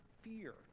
fear